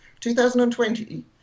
2020